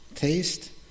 Taste